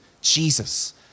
jesus